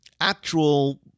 actual